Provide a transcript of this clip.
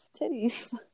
titties